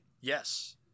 Yes